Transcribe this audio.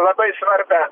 labai svarbią